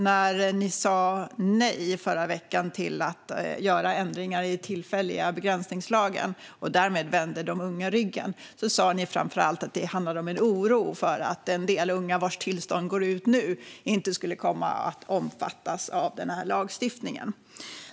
När ni i förra veckan sa nej till att göra ändringar i den tillfälliga begränsningslagen och därmed vände de unga ryggen sa ni framför allt att det handlade om en oro för att en del unga, vars tillstånd går ut nu, inte skulle komma att omfattas av den här lagstiftningen.